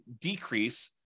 decrease